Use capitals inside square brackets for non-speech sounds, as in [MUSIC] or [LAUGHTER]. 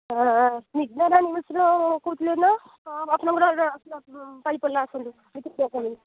ସ୍ନିଗ୍ଧାରାଣୀ ମିଶ୍ର କହୁଥିଲେ ନା ହଁ ଦଶ ନମ୍ବର୍ ପାଳି ପଡ଼ିଲା ଆସନ୍ତୁ [UNINTELLIGIBLE]